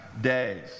days